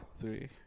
Three